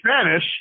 Spanish